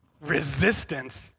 resistance